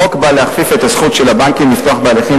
החוק בא להכפיף את הזכות של הבנקים לפתוח בהליכים